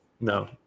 No